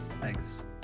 Thanks